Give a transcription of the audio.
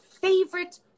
favorite